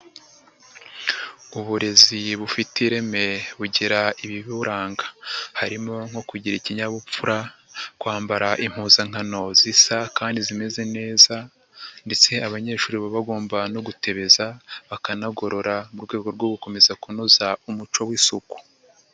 Uburezi bufite ireme bugira ibiburanga, harimo nko kugira ikinyabupfura, kwambara impuzankano zisa kandi zimeze neza ndetse abanyeshuri baba bagomba no gutebeza, bakanagorora mu rwego rwo gukomeza kunoza umuco w'isuku.